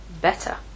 better